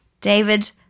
David